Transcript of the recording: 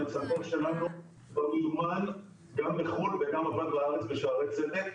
המצנתר שלנו הוא מיומן גם בחו"ל וגם עבד בארץ בשערי צדק,